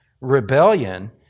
rebellion